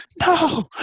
no